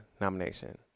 nomination